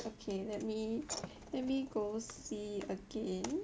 okay let me let me go see again